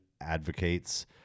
advocates